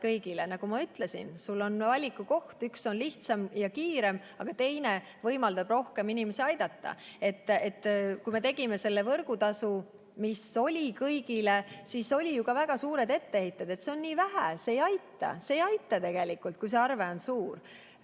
kõigile. Nagu ma ütlesin, see on valikukoht. Üks on lihtsam ja kiirem, aga teine võimaldab rohkem inimesi aidata. Kui me tegime selle võrgutasu [alanduse], mis oli kõigile, siis oli ju ka väga palju etteheiteid, et see on nii vähe, see ei aita, kui see arve on suur.